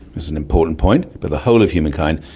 that's an important point, but the whole of humankind,